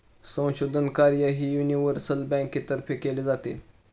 संशोधन कार्यही युनिव्हर्सल बँकेतर्फे केले जाते